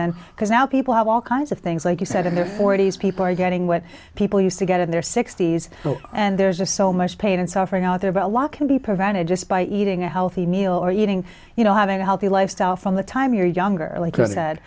and because now people have all kinds of things like you said in their forty's people are getting what people used to get in their sixty's and there's just so much pain and suffering out there about what can be prevented just by eating a healthy meal or eating you know having a healthy lifestyle from the time you're younger like